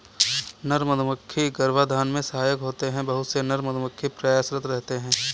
नर मधुमक्खी गर्भाधान में सहायक होते हैं बहुत से नर मधुमक्खी प्रयासरत रहते हैं